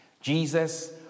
Jesus